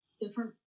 different